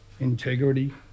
integrity